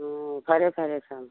ꯑꯣ ꯐꯔꯦ ꯐꯔꯦ ꯊꯝꯃꯦ